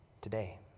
today